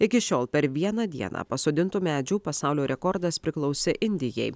iki šiol per vieną dieną pasodintų medžių pasaulio rekordas priklausė indijai